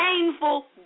painful